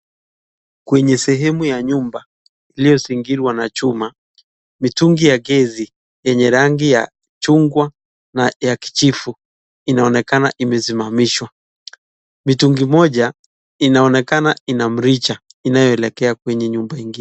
Kwenye sehemu ya nyumba iliyozingirwa na chuma, mitungi ya gasi yenye rangi ya chungwa na ya kijivu inaonekana imesimamishwa , mitungi moja inaonekana ina mrija inayoelekea kwenye nyumba ingine.